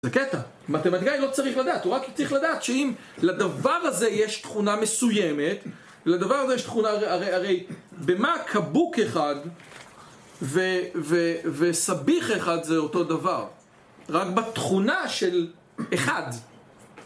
זה קטע, מתמטיקאי לא צריך לדעת, הוא רק צריך לדעת שאם לדבר הזה יש תכונה מסוימת לדבר הזה יש תכונה, הרי, הרי, במה קבוק אחד וסביח אחד זה אותו דבר? רק בתכונה של אחד